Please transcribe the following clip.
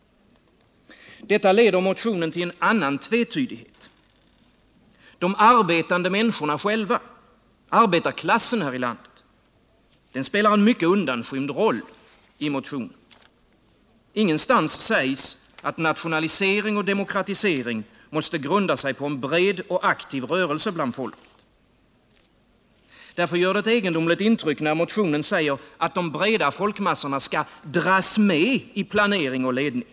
Detta leder i motionen till en annan tvetydighet. De arbetande människorna själva, arbetarklassen här i landet, spelar en mycket undanskymd roll i motionen. Ingenstans sägs att nationalisering och demokratisering måste grunda sig på en bred och aktiv rörelse bland folket. Därför ger det ett egendomligt intryck när motionen säger att de breda folkmassorna skall dras med i planering och ledning.